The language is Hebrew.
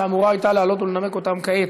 שאמורה הייתה לעלות ולנמק אותן כעת.